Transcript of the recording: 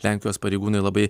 lenkijos pareigūnai labai